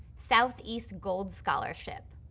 southeast gold scholarship.